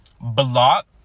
block